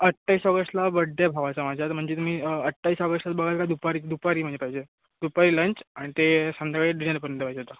अठ्ठावीस ऑगस्टला बड्डे आहे भावाचा माझ्या म्हणजे तुम्ही अठ्ठावीस ऑगस्टला बघायला दुपारी दुपारी म्हणजे पाहिजे दुपारी लंच आणि ते संध्याकाळी डिनरपर्यंत पाहिजे होता